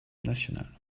nationale